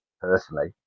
personally